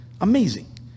Amazing